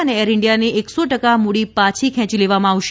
અને એરઇન્ડિયાની સો ટકા મૂડી પાછી ખેંચી લેવામાં આવશે